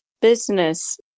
business